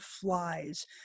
flies